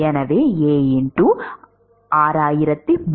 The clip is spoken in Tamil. எனவே 2 6362